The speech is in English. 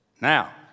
Now